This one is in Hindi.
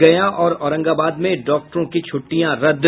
गया और औरंगाबाद में डॉक्टरों की छुट्टियां रद्द